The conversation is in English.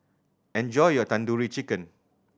enjoy your Tandoori Chicken